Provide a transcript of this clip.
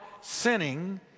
sinning